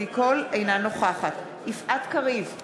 אינה נוכחת יפעת קריב,